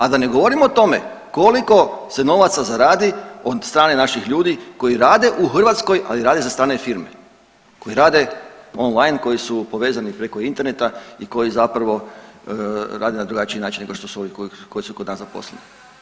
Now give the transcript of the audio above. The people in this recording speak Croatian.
A da ne govorimo o tome koliko se novaca zaradi od strane naših ljudi koji rade u Hrvatskoj, ali rade za strane firme, koji rade online, koji su povezani preko interneta i koji zapravo rade na drugačiji način nego što su ovi koji su kod nas zaposleni.